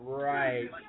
right